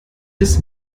des